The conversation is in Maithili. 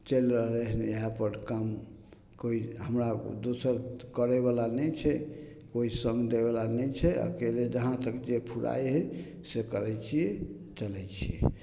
चलि रहलै हँ एहिपर काम कोइ हमरा दोसर तऽ करैवला नहि छै कोइ सङ्ग दैवला नहि छै अकेले जहाँ तक जे फुराइ हइ से करै छिए चलै छिए